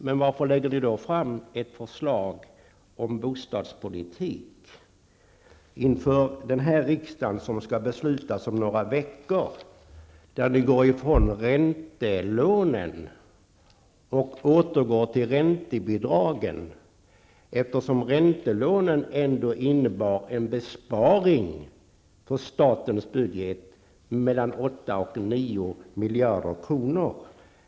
Men varför lägger då regeringen fram ett förslag om bostadspolitiken som riksdagen om några veckor skall fatta beslut om där ni går ifrån räntelånen och återgår till räntebidragen? Räntelånen skulle innebära en besparing för statens budget på mellan 8 och 9 miljarder kronor.